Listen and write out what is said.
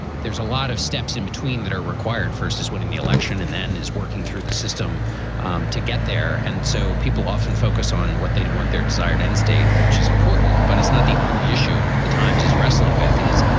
there's a lot of steps in between that are required first as winning the election and then is working through the system um to get there. and so people often focus on what they want their desired end state, which is important, but it's not the only issue. and what the times is wrestling with is,